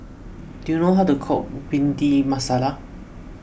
do you know how to cook Bhindi Masala